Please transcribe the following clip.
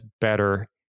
better